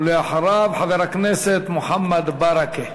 ואחריו, חבר הכנסת מוחמד ברכה.